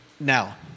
Now